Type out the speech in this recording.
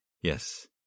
yes